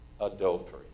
adultery